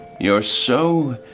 you're so.